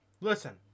listen